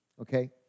okay